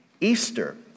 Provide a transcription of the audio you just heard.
Easter